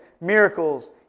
Miracles